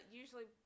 usually